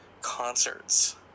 concerts